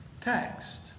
text